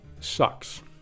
sucks